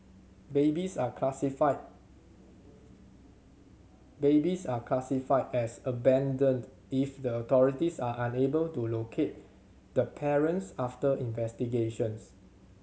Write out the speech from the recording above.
babies are classified babies are classified as abandoned if the authorities are unable to locate the parents after investigations